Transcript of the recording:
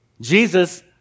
Jesus